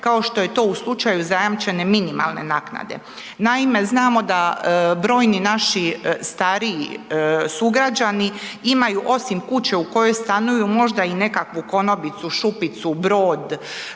kao što je to u slučaju zajamčene minimalne naknade. Naime, znamo da brojni naši stariji sugrađani imaju osim kuće u kojoj stanuju možda i nekakvu konobicu, šupicu, brod